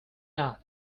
not